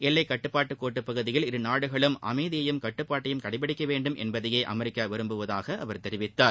எல்லைக்கட்டுப்பாட்டுக் கோட்டு பகுதியில் இரு நாடுகளும் அமைதியையும் கட்டுப்பாட்டையும் கடைபிடிக்கவேண்டும் என்பதையே அமெரிக்கா விரும்புவதாக அவர் தெரிவித்தார்